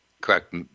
Correct